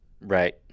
Right